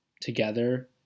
together